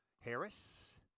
Harris